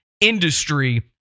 industry